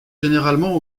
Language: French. généralement